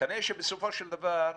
כנראה שבסופו של דבר,